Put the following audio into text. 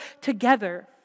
together